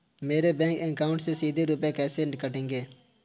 मेरे bank account से सीधे रुपए कैसे कटेंगे?